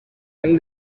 hem